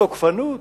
זו תוקפנות?